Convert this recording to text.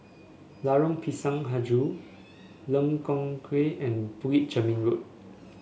Lorong Pisang hijau Lengkong Tujuh and Bukit Chermin Road